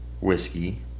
whiskey